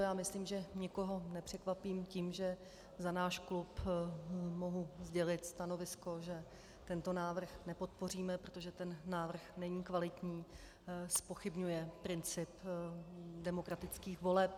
Já myslím, že nikoho nepřekvapím tím, že za náš klub mohu sdělit stanovisko, že tento návrh nepodpoříme, protože návrh není kvalitní, zpochybňuje princip demokratických voleb.